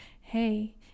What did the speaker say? hey